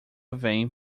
vem